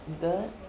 Good